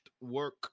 work